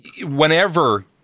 whenever